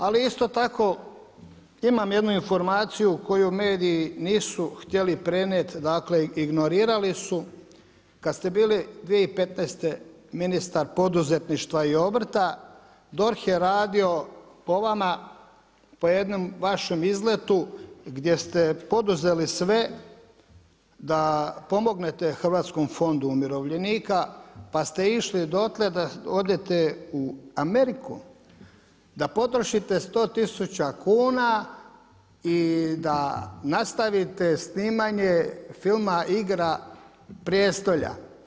Ali isto tako imam jednu informaciju koju mediji nisu htjeli prenijeti, dakle ignorirali su kad ste bili 2015. ministar poduzetništva i obrta DORH je radio po vama po jednom vašem izletu gdje ste poduzeli sve da pomognete Hrvatskom fondu umirovljenika, pa ste išli dotle da odete u Ameriku, da potrošite sto tisuća kuna i da nastavite snimanje filma „Igra prijestolja“